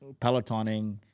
pelotoning